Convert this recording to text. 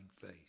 face